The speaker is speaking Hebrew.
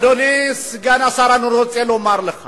אדוני סגן השר, אני רוצה לומר לך